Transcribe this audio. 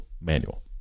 manual